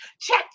Check